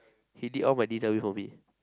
he did all my D_W for me